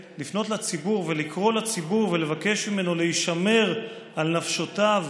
לקרוא לציבור ולבקש ממנו להישמר על נפשותיו